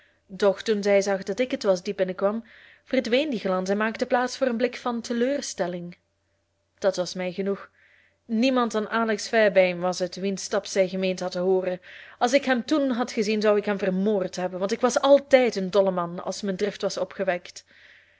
doch toen zij zag dat ik het was die binnenkwam verdween die glans en maakte plaats voor een blik van teleurstelling dat was mij genoeg niemand dan alex fairbaim was het wiens stap zij gemeend had te hooren als ik hem toen had gezien zou ik hem vermoord hebben want ik was altijd een dolleman als mijn drift was opgewekt